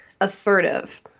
assertive